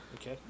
Okay